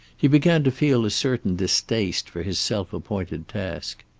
he began to feel a certain distaste for his self-appointed task.